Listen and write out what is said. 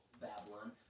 Babylon